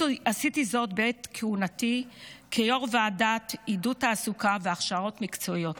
עשיתי זאת בעת כהונתי כיו"ר ועדת עידוד תעסוקה והכשרות מקצועיות,